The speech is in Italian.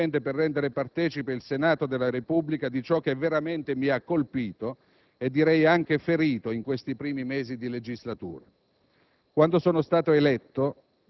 Ho chiesto di intervenire principalmente per rendere partecipe il Senato della Repubblica di ciò che veramente mi ha colpito e direi anche ferito in questi primi mesi di legislatura.